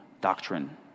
doctrine